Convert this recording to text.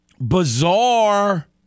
Bizarre